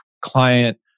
client